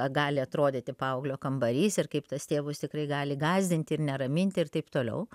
gali atrodyti paauglio kambarys ir kaip tuos tėvus tikrai gali gąsdinti ir neraminti ir taip toliau